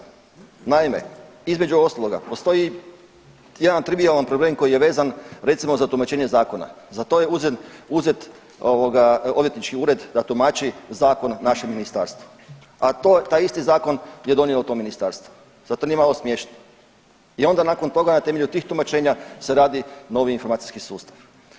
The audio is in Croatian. Naime, između ostaloga postoji jedan trivijalan problem koji je vezan recimo za tumačenje zakona, za to je uzet ovoga odvjetnički ured da tumači zakon našem ministarstvu, a taj isti zakon je donijelo to ministarstvo, zar to nije malo smiješno i onda nakon toga na temelju tih tumačenja se radi novi informacijski sustav.